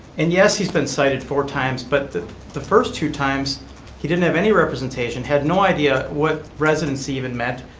and yes, he's been cited four times, but the the first two times he didn't have any representation, had no idea what residency even meant,